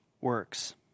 works